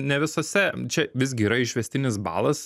ne visose čia visgi yra išvestinis balas